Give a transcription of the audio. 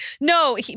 No